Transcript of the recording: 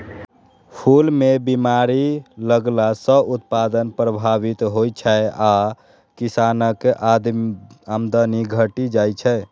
फूल मे बीमारी लगला सं उत्पादन प्रभावित होइ छै आ किसानक आमदनी घटि जाइ छै